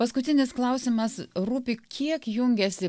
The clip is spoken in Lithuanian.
paskutinis klausimas rūpi kiek jungiasi